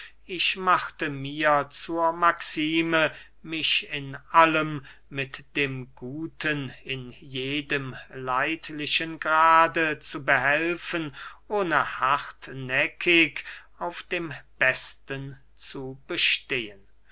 ich machte mir zur maxime mich in allem mit dem guten in jedem leidlichen grade zu behelfen ohne hartnäckig auf dem besten zu bestehen